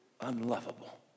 unlovable